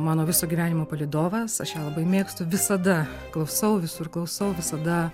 mano viso gyvenimo palydovas aš ją labai mėgstu visada klausau visur klausau visada